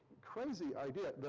crazy idea.